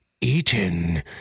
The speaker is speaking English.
eaten